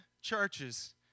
churches